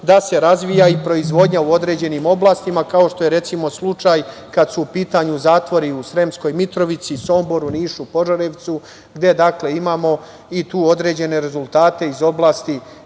da se razvija i proizvodnja u određenim oblastima, kao što je, recimo, slučaj kad su u pitanju zatvori u Sremskoj Mitrovici, Somboru, Nišu, Požarevcu, gde dakle imamo i tu određene rezultate iz oblasti